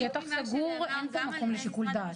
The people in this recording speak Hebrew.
בשטח סגור אין פה מקום לשיקול דעת.